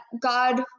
God